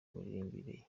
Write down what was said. miririmbire